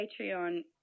Patreon